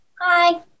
Hi